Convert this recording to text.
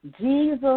Jesus